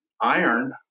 iron